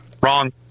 wrong